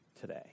today